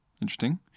Interesting